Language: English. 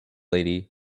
lady